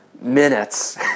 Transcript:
minutes